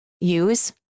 use